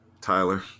Tyler